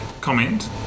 comment